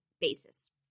basis